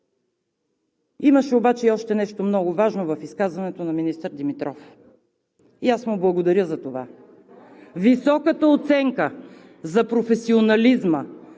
Имаше обаче и още нещо много важно в изказването на министър Димитров. И аз му благодаря за това. Високата оценка за професионализма,